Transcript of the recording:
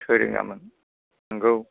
थोरोङामोन नंगौ